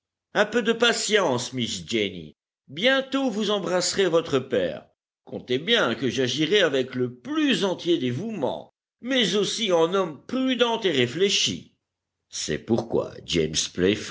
un peu de patience miss jenny bientôt vous embrasserez votre père comptez bien que j'agirai avec le plus entier dévouement mais aussi en homme prudent et réfléchi c'est pourquoi james